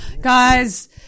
Guys